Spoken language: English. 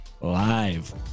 live